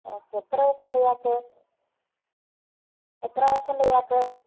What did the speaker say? okay എത്ര വയസ്സ് ഉണ്ട് ഇയാൾക്ക് എത്ര വയസ്സ് ഉണ്ട് ഇയാൾക്ക്